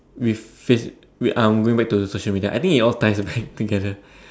with face I'm going back to the social media I think it all ties back together